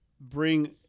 bring